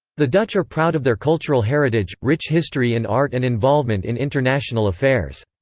the dutch are proud of their cultural heritage, rich history in art and involvement in international affairs.